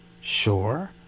Sure